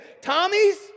Tommy's